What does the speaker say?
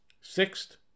Sixth